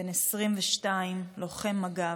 בן 22, לוחם מג"ב.